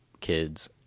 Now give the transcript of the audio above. kids